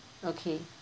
okay